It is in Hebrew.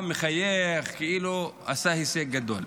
בא, מחייך כאילו עשה הישג גדול.